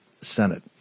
Senate